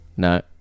No